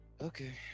Okay